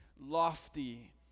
lofty